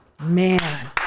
Man